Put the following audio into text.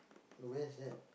where's that